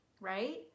right